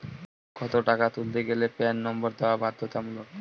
কত টাকা তুলতে গেলে প্যান নম্বর দেওয়া বাধ্যতামূলক?